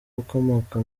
ukomoka